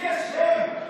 ויש הם,